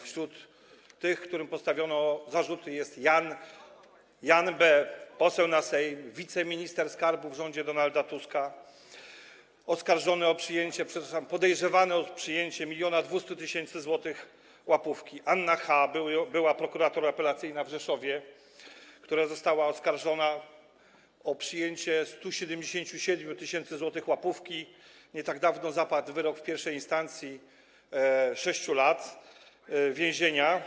Wśród tych, którym postawiono zarzuty, jest Jan B., poseł na Sejm, wiceminister skarbu w rządzie Donalda Tuska, oskarżony o przyjęcie, przepraszam, podejrzewany o przyjęcie 1200 tys. zł łapówki, Anna H., była prokurator apelacyjna w Rzeszowie, która została oskarżona o przyjęcie 177 tys. zł łapówki, nie tak dawno zapadł wyrok w pierwszej instancji 6 lat więzienia.